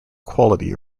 quality